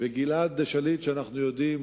וגלעד שליט, שאנחנו יודעים